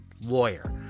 lawyer